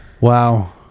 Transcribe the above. Wow